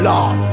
Lord